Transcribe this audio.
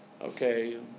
okay